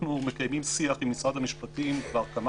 אנחנו מקיימים שיח עם משרד המשפטים כבר כמה